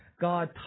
God